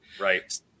right